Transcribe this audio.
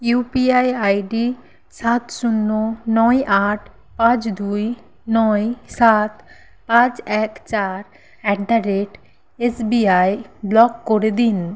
UPI ID সাত শূন্য নয় আট পাঁচ দুই নয় সাত পাঁচ এক চার at the rate SBI block করে দিন